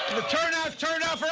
turnout turnout for us.